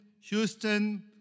Houston